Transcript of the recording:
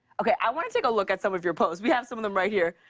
okay, i want to take a look at some of your posts. we have some of them right here.